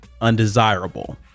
undesirable